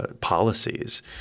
policies